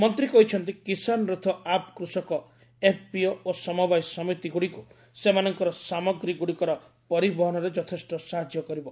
ମନ୍ତ୍ରୀ କହିଚ୍ଚନ୍ତି କିଶାନରଥ ଆପ୍ କୃଷକ ଏଫ୍ପିଓ ଓ ସମବାୟ ସମିତିଗୁଡ଼ିକୁ ସେମାନଙ୍କର ସାମଗ୍ରୀଗୁଡ଼ିକର ପରିବହନରେ ଯଥେଷ୍ଟ ସାହାଯ୍ୟ କରିବ